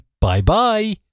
bye-bye